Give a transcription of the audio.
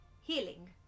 healing